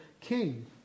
king